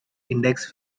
index